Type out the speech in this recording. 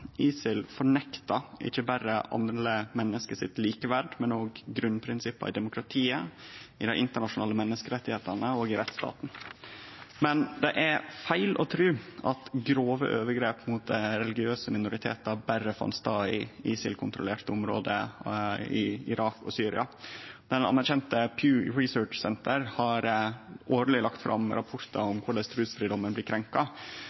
ISIL fornekta ikkje berre alle menneske sitt likeverd, men òg grunnprinsippa i demokratiet, i dei internasjonale menneskerettane og i rettsstaten. Men det er feil å tru at grove overgrep mot religiøse minoritetar berre fant stad i ISIL-kontrollerte område i Irak og Syria. Det omtykte Pew Research Center har årleg lagt fram rapportar om korleis trusfridomen blir krenkt.